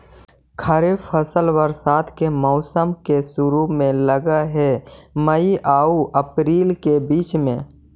खरीफ फसल बरसात के मौसम के शुरु में लग हे, मई आऊ अपरील के बीच में